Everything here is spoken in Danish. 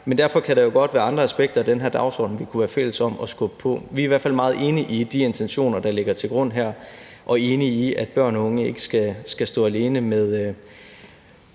Men derfor kan der jo godt være andre aspekter af den her dagsorden, vi kunne være fælles om at skubbe på. Vi er i hvert fald meget enige i de intentioner, der ligger til grund her, og vi er enige i, at børn og unge ikke skal stå alene med